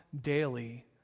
daily